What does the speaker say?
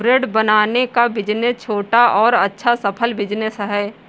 bread बनाने का business छोटा और अच्छा सफल बिज़नेस है